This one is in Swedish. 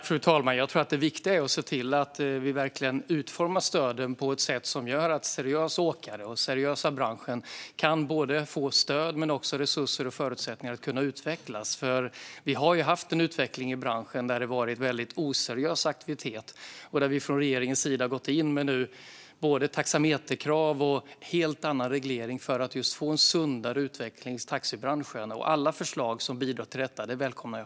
Fru talman! Jag tror att det viktiga är att se till att vi verkligen utformar stöden på ett sätt som gör att seriösa åkare och seriösa i branschen kan få stöd men också resurser och förutsättningar att utvecklas. Vi har haft en utveckling i branschen där det har varit mycket oseriös aktivitet, och där vi från regeringens sida nu har gått in med både taxameterkrav och en helt annan reglering för att få en sundare utveckling i taxibranschen. Alla förslag som bidrar till detta välkomnar jag.